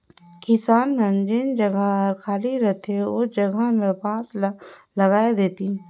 किसान मन जेन जघा हर खाली रहथे ओ जघा में बांस ल लगाय देतिन